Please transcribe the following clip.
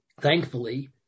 thankfully